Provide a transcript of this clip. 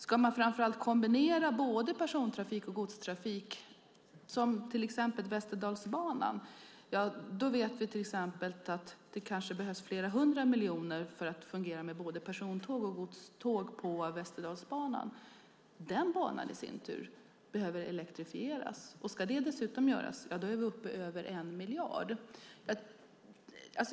Ska man kombinera persontrafik och godstrafik på till exempel Västerdalsbanan kan det behövas flera hundra miljoner för att både persontåg och godståg ska fungera. Den banan behöver dessutom elektrifieras, och ska även det göras är vi uppe i över 1 miljard.